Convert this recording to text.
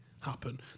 happen